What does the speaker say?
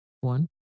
One